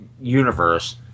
universe